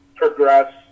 progress